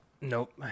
Nope